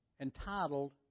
entitled